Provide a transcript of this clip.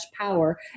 power